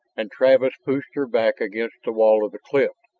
and travis pushed her back against the wall of the cliff.